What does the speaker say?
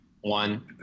one